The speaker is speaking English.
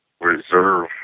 reserve